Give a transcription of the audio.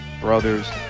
Brothers